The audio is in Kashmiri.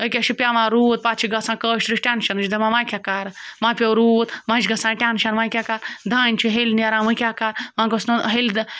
أکیٛاہ چھِ پیٚوان روٗد پَتہٕ چھِ گژھان کٲشرِس ٹٮ۪نشَن یہِ چھِ دَپان وۄنۍ کیٛاہ کَرٕ وَ پیٚو روٗر وَ چھِ گژھان ٹٮ۪نشَن وۄنۍ کیٛاہ کَرٕ دانہِ چھِ ہیٚلہِ نیران وَ کیٛاہ کَرٕ وۄنۍ گوٚژھ نہٕ ہیٚلہِ